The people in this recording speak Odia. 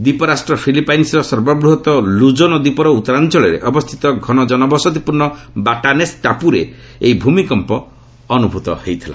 ଦ୍ୱିପରାଷ୍ଟ୍ର ଫିଲିପାଇନ୍ସର ସର୍ବବୃହତ୍ ଲୁକୋନ ଦ୍ୱିପର ଉତ୍ତରାଞ୍ଚଳରେ ଅବସ୍ଥିତ ଘନ ଜନବସତିପୂର୍ଣ୍ଣ ବାଟାନେସ୍ ଟାପୁରେ ଏହି ଭୂମିକମ୍ପ ଅନୁଭୂତ ହୋଇଥିଲା